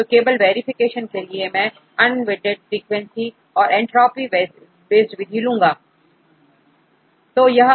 तो केवल वेरिफिकेशन के लिए यदि मैं अनवेटेड फ्रीक्वेंसी और एंट्रॉपिक बेस्डविधि लूं